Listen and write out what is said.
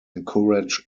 encourage